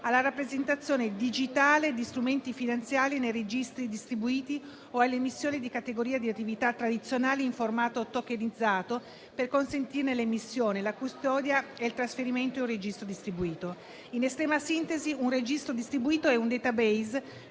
alla rappresentazione digitale di strumenti finanziari nei registri distribuiti o all'emissione di categorie di attività tradizionali in formato tokenizzato per consentirne l'emissione, la custodia e il trasferimento in un registro distribuito. In estrema sintesi, un registro distribuito è un *database*,